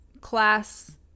class